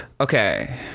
Okay